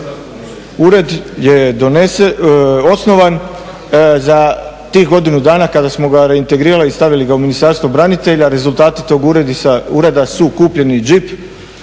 Ured je osnovan za tih godinu dana kada smo ga reintegrirali i stavili ga u Ministarstvo branitelja, rezultati tog Ureda su kupljeni Jeep,